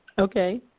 Okay